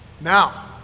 Now